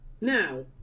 now